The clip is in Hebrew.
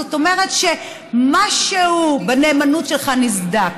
זאת אומרת שמשהו בנאמנות שלך נסדק.